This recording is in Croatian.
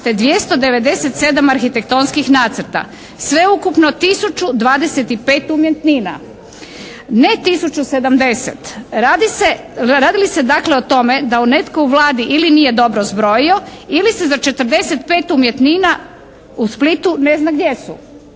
te 297 arhitektonskih nacrta. Sveukupno tisuću 25 umjetnina, ne tisuću 70. Radi li se dakle o tome da netko u Vladi ili nije dobro zbrojio ili se za 45 umjetnina u Splitu ne zna gdje su?